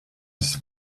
des